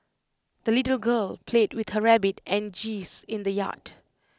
the little girl played with her rabbit and geese in the yard